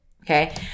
Okay